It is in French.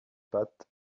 pattes